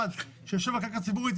משרד שיושב על קרקע ציבורית,